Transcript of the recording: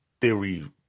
theory